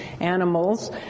animals